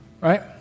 Right